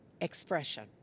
expression